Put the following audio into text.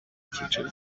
icyicaro